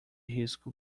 risco